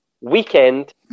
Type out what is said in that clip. Weekend